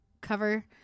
cover